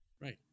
Right